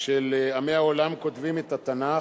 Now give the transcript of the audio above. של "עמי העולם כותבים את התנ"ך",